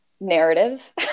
narrative